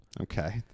okay